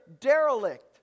derelict